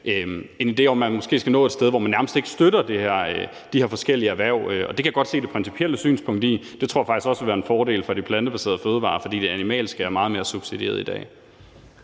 idé om, at man skal nå til et sted, hvor man nærmest ikke støtter de her forskellige erhverv, og det kan jeg godt se det principielle synspunkt i. Det tror jeg faktisk også vil være en fordel for de plantebaserede fødevarer, for de animalske er meget mere subsidieret i dag.